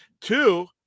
two